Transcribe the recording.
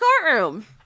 courtroom